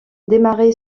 démarrer